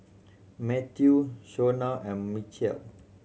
Mathew Shona and Michial